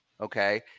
Okay